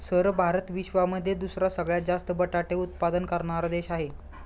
sir Bharat विश्वामध्ये दुसरा सगळ्यात जास्त बटाटे उत्पादन करणारा देश आहे